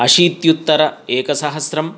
अशीत्युत्तर एकसहस्रम्